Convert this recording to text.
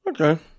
okay